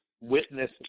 witness